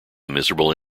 miserable